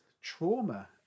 trauma